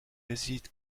réside